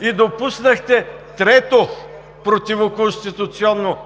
и допуснахте трето противоконституционно